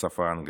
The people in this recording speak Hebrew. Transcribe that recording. בשפה האנגלית.